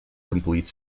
complete